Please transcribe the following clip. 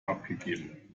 abgegeben